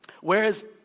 Whereas